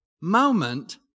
moment